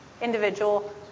individual